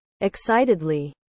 excitedly